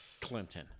Clinton